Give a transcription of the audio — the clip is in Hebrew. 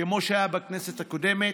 כמו שהיה בכנסת הקודמת,